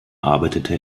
arbeitete